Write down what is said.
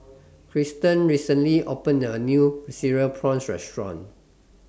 Triston recently opened A New Cereal Prawns Restaurant